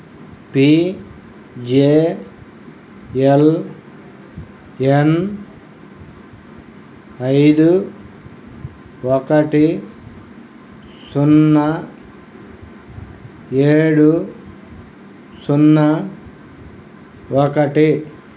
P J L N ఐదు ఒకటి సున్నా ఏడు సున్నా ఒకటి